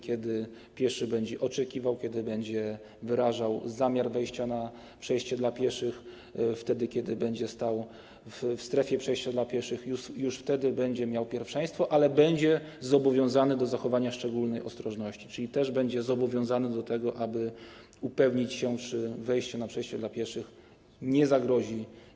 Kiedy pieszy będzie oczekiwał, będzie wyrażał zamiar wejścia na przejście dla pieszych, będzie stał w strefie przejścia dla pieszych, to już wtedy będzie miał pierwszeństwo, ale będzie zobowiązany do zachowania szczególnej ostrożności, czyli też będzie zobowiązany do tego, aby upewnić się, czy wejście na przejście dla pieszych mu nie zagrozi.